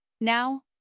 Now